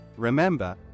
Remember